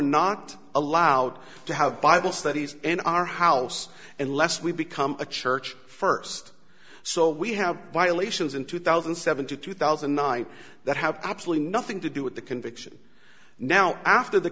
not allowed to have bible studies in our house unless we become a church first so we have violations in two thousand and seven to two thousand and nine that have absolutely nothing to do with the conviction now after the